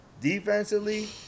defensively